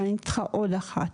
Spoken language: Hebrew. אבל אני צריכה עוד אחת.